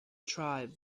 tribe